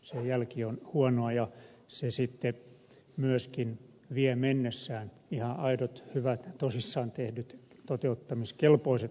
sen jälki on huonoa ja se sitten myöskin vie mennessään ihan aidot hyvät tosissaan tehdyt toteuttamiskelpoiset lausumat